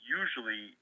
usually